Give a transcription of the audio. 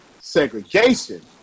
Segregation